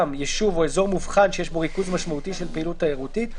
גם יישוב או אזור מובחן שיש בו ריכוז משמעותי של פעילות תיירותית,